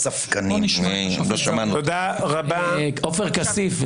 עופר כסיף,